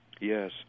Yes